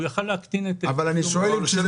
הוא יכול היה להקטין --- השאלה שלי,